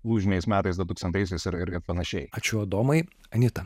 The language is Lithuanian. lūžiniais metais du tūkstantaisiais ir panašiai ačiū domai anita